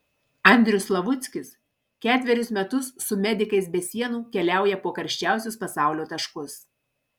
andrius slavuckis ketverius metus su medikais be sienų keliauja po karščiausius pasaulio taškus